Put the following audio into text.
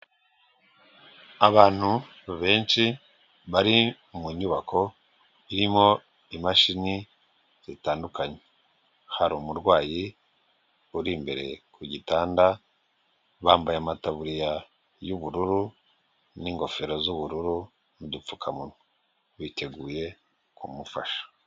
Abantu benshi bari mu nyubako irimo imashini zitandukanye hari umurwayi uri imbere ku gitanda bambaye amataburiya y'ubururu n'ingofero z'ubururu n'udupfukamunwa biteguye kumufasha.